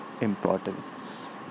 importance